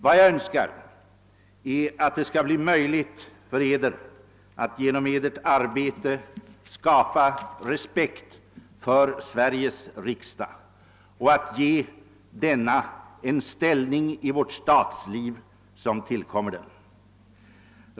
Vad jag önskar är att det skall bli möjligt för er att genom ert arbete skapa respekt för Sveriges riksdag och ge riksdagen den ställning i vårt statsliv som tillkommer den.